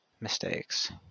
mistakes